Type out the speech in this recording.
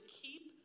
keep